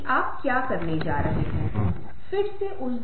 आपकी आवाज़ का आयाम